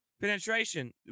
penetration